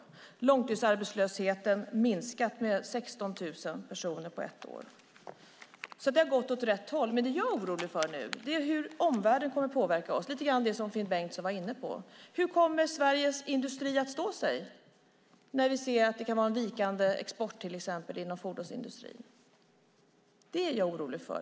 Antalet långtidsarbetslösa hade minskat med 16 000 personer på ett år. Det har gått åt rätt håll. Men nu är jag orolig för hur omvärlden kommer att påverka oss, som Finn Bengtsson var inne på lite grann. Hur kommer Sveriges industri att stå sig när vi kan få en vikande export inom till exempel fordonsindustrin? Det är jag orolig för.